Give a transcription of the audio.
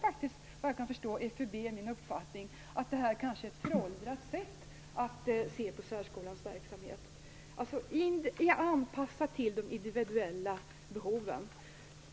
Såvitt jag förstår delar FUB min uppfattning, att det kanske är ett föråldrat sätt att se på särskolans verksamhet när det gäller anpassningen till de individuella behoven.